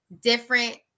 different